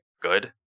good